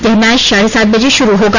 यह मैच साढ़े सात बजे शुरू होगा